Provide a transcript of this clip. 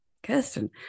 Kirsten